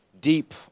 deep